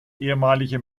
ehemalige